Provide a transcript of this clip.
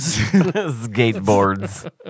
Skateboards